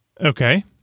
Okay